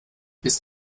ist